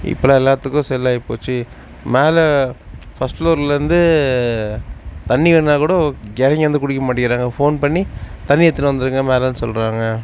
இப்போலாம் எல்லாத்துக்கும் செல்லாகிப்போச்சி மேலே ஃபஸ்ட் ஃப்ளோரில் இருந்து தண்ணிர் வேணும்னா கூட இறங்கி வந்து குடிக்க மாட்டேங்கிறாங்க ஃபோன் பண்ணி தண்ணி எடுத்துன்னு வந்துடுங்க மேலேன்னு சொல்கிறாங்க